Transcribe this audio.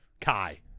Kai